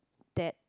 that